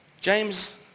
James